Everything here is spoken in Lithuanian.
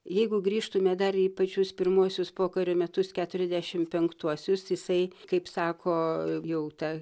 jeigu grįžtume dar į pačius pirmuosius pokario metus keturiasdešim penktuosius jisai kaip sako jau ta